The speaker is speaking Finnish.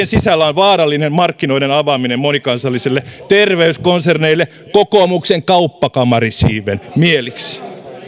sisällä on vaarallinen markkinoiden avaaminen monikansallisille terveyskonserneille kokoomuksen kauppakamarisiiven mieliksi